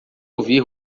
ouvir